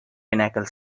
pinnacle